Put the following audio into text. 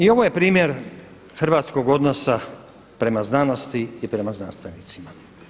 I ovo je primjer hrvatskog odnosa prema znanosti i prema znanstvenicima.